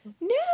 No